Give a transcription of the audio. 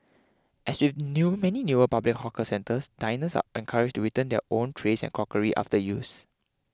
as with new many newer public hawker centres diners are encouraged to return their own trays and crockery after use